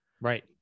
Right